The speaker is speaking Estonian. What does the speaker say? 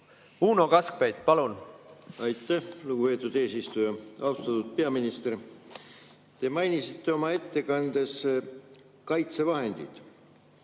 Uno Kaskpeit, palun! Aitäh, lugupeetud eesistuja! Austatud peaminister! Te mainisite oma ettekandes kaitsevahendeid.